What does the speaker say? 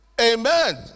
Amen